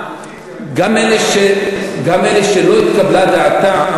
גם אלה שלא התקבלה דעתם